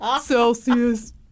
Celsius